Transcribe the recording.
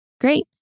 Great